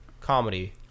comedy